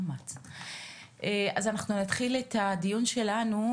אנחנו נתחיל את הדיון שלנו,